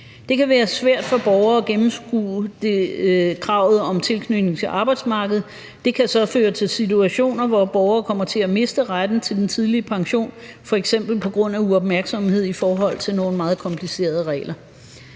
Det kan være svært for borgere at gennemskue kravet om tilknytning til arbejdsmarkedet. Det kan så føre til situationer, hvor borgere kommer til at miste retten til den tidlige pension, f.eks. på grund af uopmærksomhed i forhold til nogle meget komplicerede regler.